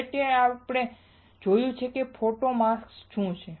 છેવટે આપણે જોયું છે કે ફોટો માસ્ક શું છે